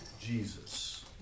Jesus